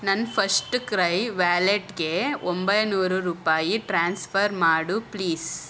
ನನ್ನ FirstCry ವ್ಯಾಲೆಟ್ಗೆ ಒಂಬೈನೂರು ರೂಪಾಯಿ ಟ್ರಾನ್ಸ್ಫರ್ ಮಾಡು ಪ್ಲೀಸ್